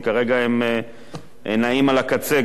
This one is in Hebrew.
כי כרגע הם נעים על הקצה,